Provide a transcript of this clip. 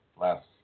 last